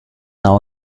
now